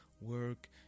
work